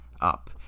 up